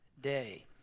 day